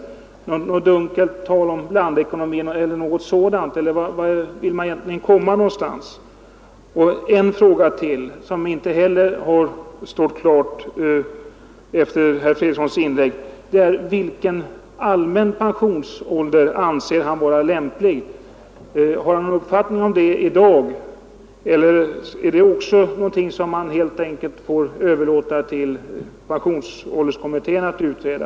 Är det något dunkelt tal om blandekonomin eller något sådant, eller vart vill man egentligen komma? En fråga till som inte heller är klart besvarad efter herr Fredrikssons inlägg: Vilken allmän pensionsålder anser han lämplig? Har han någon uppfattning om det i dag, eller är det också något som man helt enkelt får överlåta till pensionsålderskommittén att utreda?